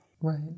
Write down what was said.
right